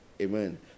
Amen